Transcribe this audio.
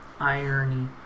Irony